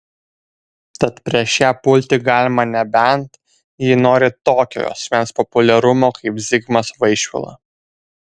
tad prieš ją pulti galima nebent jei nori tokio asmens populiarumo kaip zigmas vaišvila